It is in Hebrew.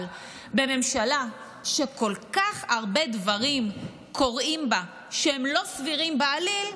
אבל בממשלה שכל כך הרבה דברים קורים בה שהם לא סבירים בעליל,